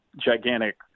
gigantic